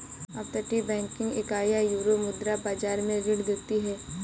अपतटीय बैंकिंग इकाइयां यूरोमुद्रा बाजार में ऋण देती हैं